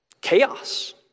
chaos